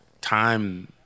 time